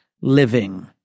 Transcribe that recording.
living